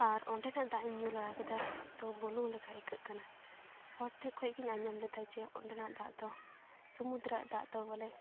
ᱟᱨ ᱚᱸᱰᱮᱱᱟᱜ ᱫᱟᱜᱼᱤᱧ ᱧᱩ ᱞᱮᱜᱟ ᱠᱮᱫᱟ ᱛᱚ ᱵᱩᱞᱩᱝ ᱞᱮᱠᱟ ᱟᱹᱭᱠᱟᱹᱜ ᱠᱟᱱᱟ ᱦᱚᱲᱴᱷᱮᱱ ᱠᱷᱚᱱᱜᱮᱧ ᱟᱸᱡᱚᱢ ᱞᱮᱫᱟ ᱡᱮ ᱚᱸᱰᱮᱱᱟᱜ ᱫᱟᱜ ᱫᱚ ᱥᱚᱢᱩᱫᱨᱟᱜ ᱫᱟᱜ ᱫᱚ ᱵᱚᱞᱮ